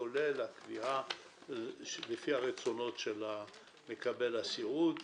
כולל הקביעה לפי הרצונות של מקבל הסיעוד,